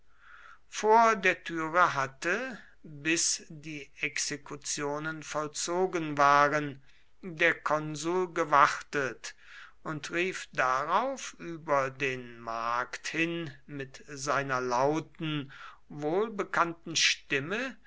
vor der türe hatte bis die exekutionen vollzogen waren der konsul gewartet und rief darauf über den markt hin mit seiner lauten wohlbekannten stimme